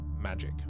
magic